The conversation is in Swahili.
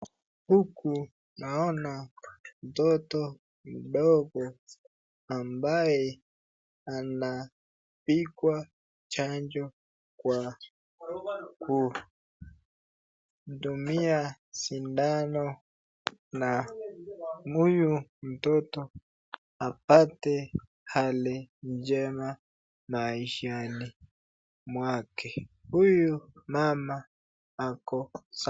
Huku naona mtoto mdogo ambaye anapigwa chanjo kwa kutumia sindano na huyu mtoto apate Hali njema maishani mwake. Huyo mama ako sa.